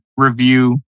Review